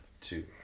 two